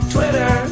Twitter